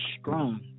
strong